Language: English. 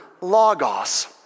Logos